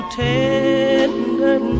tender